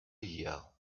year